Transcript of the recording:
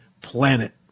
planet